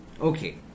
okay